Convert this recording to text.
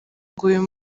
uyu